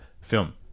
film